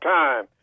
time